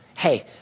Hey